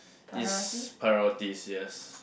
is priorities yes